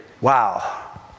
Wow